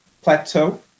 plateau